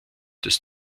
des